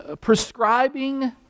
prescribing